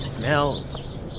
Mel